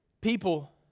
People